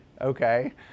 okay